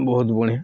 ବହୁତ ବଢ଼ିଆ